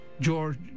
George